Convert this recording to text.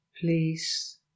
Please